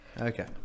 Okay